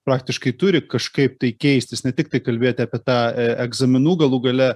praktiškai turi kažkaip tai keistis ne tik tai kalbėt apie tą egzaminų galų gale